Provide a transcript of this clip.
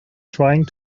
trying